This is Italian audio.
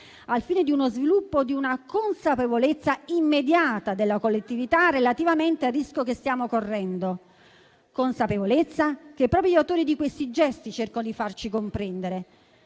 al fine di sviluppare una consapevolezza immediata della collettività relativamente al rischio che stiamo correndo. Ecco la consapevolezza che proprio gli autori di questi gesti cercano di farci acquisire.